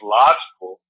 logical